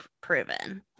proven